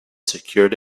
secured